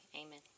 Amen